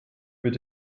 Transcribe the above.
mit